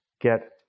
get